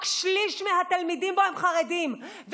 רק שליש מהתלמידים בו הם חרדים.